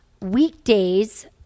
Weekdays